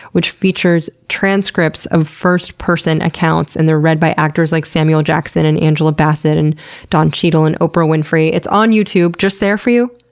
which features transcripts of first-person accounts and they're read by actors like samuel jackson and angela bassett and don cheadle and oprah winfrey. it's on youtube, just there for you,